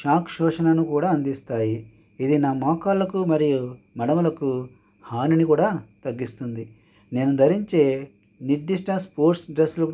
shock శోషనను కూడా అందిస్తాయి ఇది నా మోకాళ్ళకు మరియు మడమలకు హానిని కూడా తగ్గిస్తుంది నేను ధరించే నిర్దిష్ట స్పోర్ట్స్ డ్రస్సులు